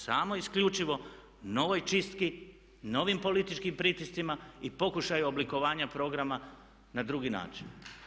Samo isključivo novoj čistki, novim političkim pritiscima i pokušaju oblikovanja programa na drugi način.